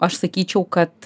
aš sakyčiau kad